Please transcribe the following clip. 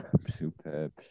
Superb